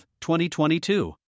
2022